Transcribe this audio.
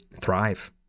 thrive